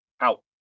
Out